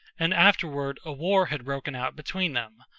and afterward a war had broken out between them,